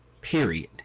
period